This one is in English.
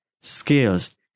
Skills